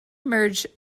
merge